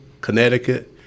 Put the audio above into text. Connecticut